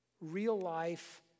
real-life